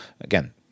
again